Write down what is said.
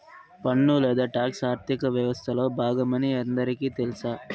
పన్ను లేదా టాక్స్ ఆర్థిక వ్యవస్తలో బాగమని అందరికీ తెల్స